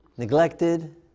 Neglected